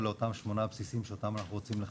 לאותם שמונה בסיסים שאותם אנחנו רוצים לחבר.